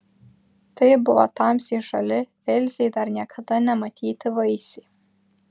tai buvo tamsiai žali ilzei dar niekada nematyti vaisiai